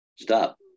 Stop